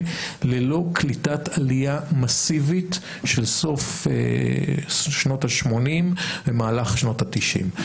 ללא קליטת עלייה מסיבית של סוף שנות ה-80 ומהלך שנות ה-90.